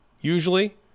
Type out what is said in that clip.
Usually